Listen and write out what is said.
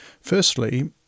Firstly